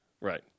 right